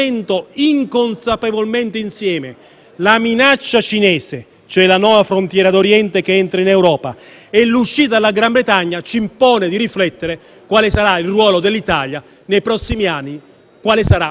(cioè la nuova frontiera d'Oriente che entra in Europa) che l'uscita dalla Gran Bretagna, ci impone di riflettere su quale sarà il ruolo dell'Italia nei prossimi anni e quale sarà - se ci sarà - il futuro del nostro Paese in Europa.